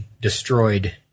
destroyed